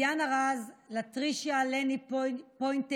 דיאנה רז, לטרישיה לני פוינטר,